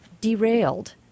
derailed